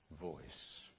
voice